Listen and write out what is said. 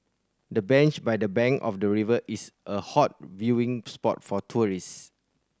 the bench by the bank of the river is a hot viewing spot for tourist